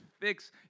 fix